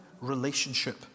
relationship